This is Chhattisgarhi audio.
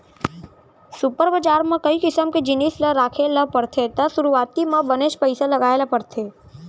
सुपर बजार म कई किसम के जिनिस ल राखे ल परथे त सुरूवाती म बनेच पइसा लगाय ल परथे